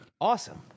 Awesome